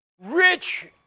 rich